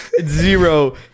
zero